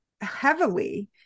heavily